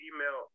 Email